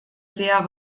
sehr